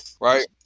right